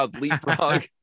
leapfrog